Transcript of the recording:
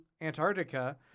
Antarctica